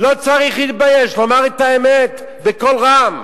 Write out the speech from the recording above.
לא צריך להתבייש, לומר את האמת בקול רם.